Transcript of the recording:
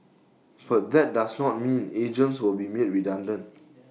but that does not mean agents will be made redundant